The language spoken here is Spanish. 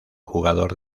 jugador